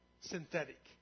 synthetic